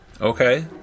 Okay